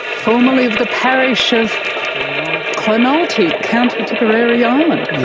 formerly of the parish of clonoulty, county tipperary, ireland. yes.